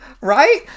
Right